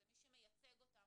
זה מי שמייצג אותם,